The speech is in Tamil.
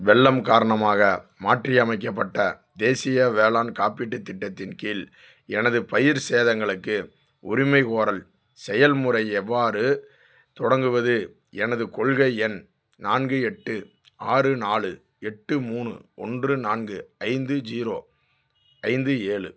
வெள்ளம் காரணமாக மாற்றியமைக்கப்பட்ட தேசிய வேளாண் காப்பீட்டுத் திட்டத்தின் கீழ் எனது பயிர் சேதங்களுக்கு உரிமைகோரல் செயல்முறை எவ்வாறு தொடங்குவது எனது கொள்கை எண் நான்கு எட்டு ஆறு நாலு எட்டு மூணு ஒன்று நான்கு ஐந்து ஜீரோ ஐந்து ஏழு